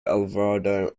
alvarado